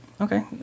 Okay